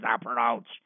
approach